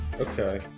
Okay